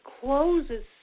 closes